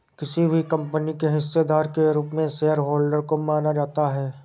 किसी भी कम्पनी के हिस्सेदार के रूप में शेयरहोल्डर को माना जाता है